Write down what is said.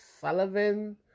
Sullivan